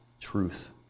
truth